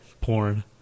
Porn